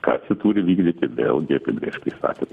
kas jį turi vykdyti vėlgi apibrėžta įstatymu